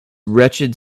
wretched